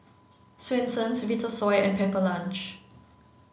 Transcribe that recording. Swensens Vitasoy and Pepper Lunch